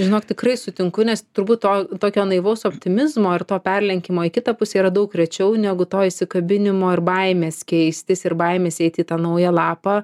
žinok tikrai sutinku nes turbūt to tokio naivaus optimizmo ir to perlenkimo į kitą pusę yra daug rečiau negu to įsikabinimo ir baimės keistis ir baimės eiti į tą naują lapą